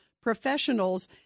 professionals